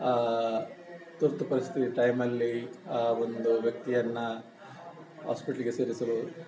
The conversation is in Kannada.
ತುರ್ತು ಪರಿಸ್ಥಿತಿ ಟೈಮಲ್ಲಿ ಆ ಒಂದು ವ್ಯಕ್ತಿಯನ್ನು ಆಸ್ಪಿಟ್ಲಿಗೆ ಸೇರಿಸಲು